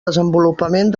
desenvolupament